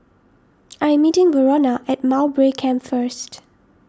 I am meeting Verona at Mowbray Camp first